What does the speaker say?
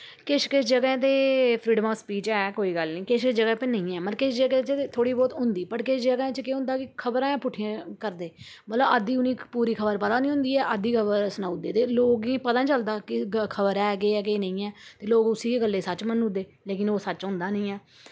किश किश जगह् ते फ्रीडम आफ स्पीच ऐ कोई गल्ल निं किश जगह् पर नेईं ऐ मतलव किश जगह थोह्ड़ी बोह्त होंदी बट किश जगहे च केह् होंदा कि खबरा गै भुट्ठियां करदे मतलब अद्धी उनेंगी पूरी खबर पता निं होंदी ऐ अद्धी खबर सनाई उड़दे लोकें पता निं चलदा केह् खबर ऐ केह् हे केह् नेईं ऐ ते लोग उस्सी गल्ले सच मन्नूड़दे लेकिन ओह् सच्च होंदा निं ऐ